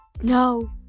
No